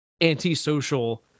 anti-social